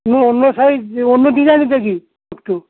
না অন্য সাইজ অন্য ডিজাইনের দেখি একটু